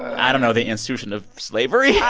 i don't know the institution of slavery?